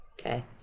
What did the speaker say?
okay